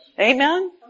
Amen